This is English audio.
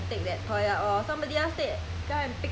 they they they they don't care to try so much